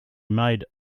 made